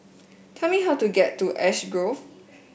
please tell me how to get to Ash Grove